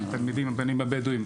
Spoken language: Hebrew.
התלמידים הבדואים,